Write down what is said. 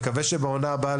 אני מקווה שבעונה הבאה,